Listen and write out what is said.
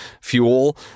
fuel